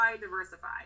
diversify